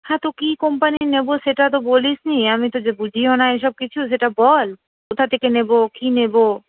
হ্যাঁ তো কী কোম্পানির নেবো সেটা তো বলিসনি আমি তো যে বুঝিও না এইসব কিছু সেটা বল কোথা থেকে নেবো কী নেবো